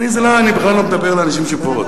לא, אני בכלל לא מדבר לאנשים שפה.